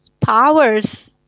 powers